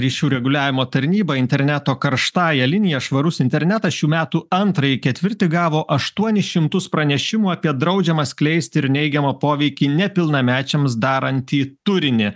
ryšių reguliavimo tarnyba interneto karštąja linija švarus internetas šių metų antrąjį ketvirtį gavo aštuonis šimtus pranešimų apie draudžiamą skleisti ir neigiamą poveikį nepilnamečiams darantį turinį